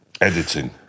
Editing